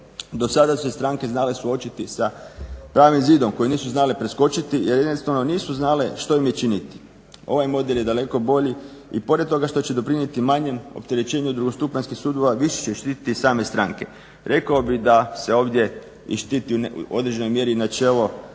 Do sada su se stranke znale suočiti sa pravim zidom koje nisu znale preskočiti jer jednostavno nisu znale što im je činiti. Ovaj model je daleko bolji i pored toga što će doprinijeti manjem opterećenju drugostupanjskih sudova više će ih štititi same stranke. Rekao bih da se ovdje i štiti u određenoj mjeri i načelo